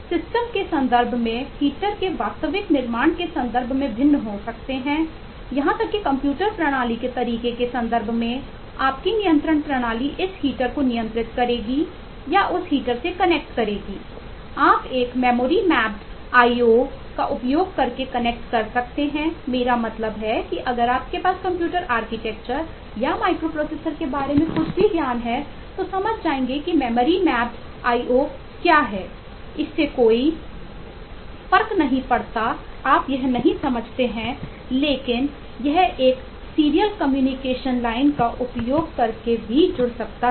system का उपयोग करके भी जुड़ सकता है